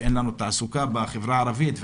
שאין לנו תעסוקה בחברה הערבית,